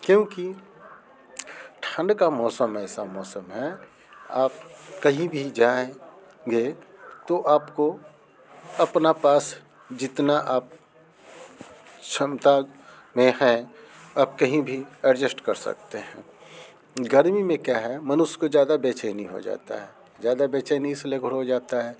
क्योंकि ठंड का मौसम ऐसा मौसम है आप कहीं भी जाएँगे तो आपको अपना पास जितना आप क्षमता में हैं आप कहीं भी एड़जेस्ट कर सकते हैं गर्मी में क्या है मनुष्य को ज़्यादा बेचैनी हो जाता है ज़्यादा बेचैनी से जाता है